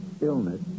illness